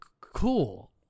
cool